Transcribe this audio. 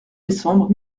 décembre